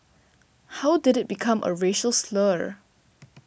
how did it become a racial slur